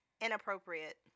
inappropriate